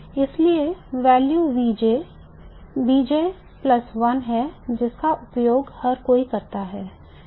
इसलिए value BJ है जिसका उपयोग हर कोई करता है